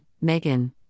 Megan